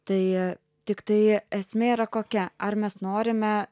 tai tiktai esmė yra kokia ar mes norime